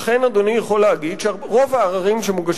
אכן, אדוני יכול להגיד שרוב העררים שמוגשים